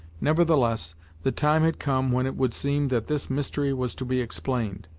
nevertheless the time had come when it would seem that this mystery was to be explained,